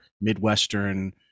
Midwestern